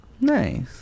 nice